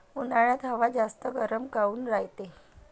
उन्हाळ्यात हवा जास्त गरम काऊन रायते?